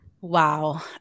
wow